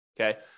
Okay